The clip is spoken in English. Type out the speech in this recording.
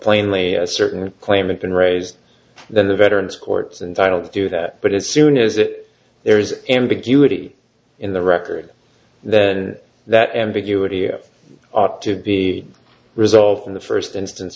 plainly a certain claimant been raised that the veterans courts and i'll do that but as soon as it there is ambiguity in the record that that ambiguity of ought to be resolved in the first instance